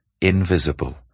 invisible